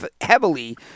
heavily